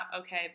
okay